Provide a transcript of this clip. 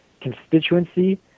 constituency